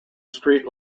street